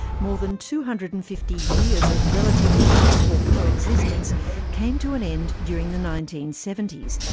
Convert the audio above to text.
more than two hundred and fifty years of relatively peaceful coexistence came to an end during the nineteen seventy s,